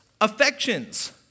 affections